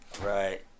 Right